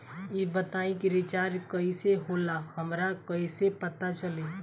ई बताई कि रिचार्ज कइसे होला हमरा कइसे पता चली?